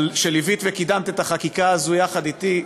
על שליווית וקידמת את החקיקה הזו יחד אתי.